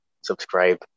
subscribe